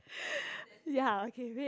ya okay wait